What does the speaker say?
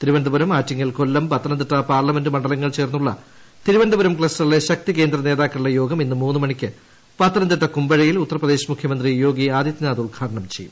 Thiruvananthapuram Attingal Kollam Pathanamthitta parliament മണ്ഡലങ്ങൾ ചേർന്നുള്ള തിരുവനന്തപുരം ക്ലസ്റ്ററിലെ ശക്തി കേന്ദ്ര നേതാക്കളുടെ യോഗം അൽപസമയത്തിനകം പത്തനംതിട്ട കുമ്പഴയിൽ ഉത്തർപ്രദേശ് മുഖ്യമന്ത്രി യോഗി ആദിതൃനാഥ് ഉൽഘാടനം ചെയ്യും